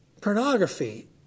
Pornography